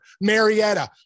Marietta